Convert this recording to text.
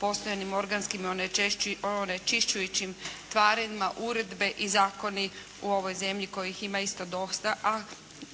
postojanim organskim onečišćujućim tvarima, uredbe i zakoni u ovoj zemlji kojih ima isto dosta, a